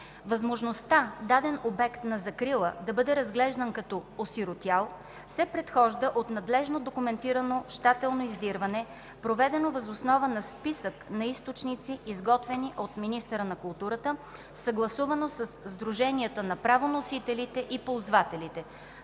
Възможността даден обект на закрила да бъде разглеждан като „осиротял” се предхожда от надлежно документирано щателно издирване, проведено въз основа на списък на източници, изготвен от министъра на културата, съгласувано със сдруженията на правоносителите и ползвателите.